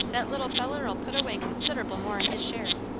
that little feller'll put away consid'able more'n his share.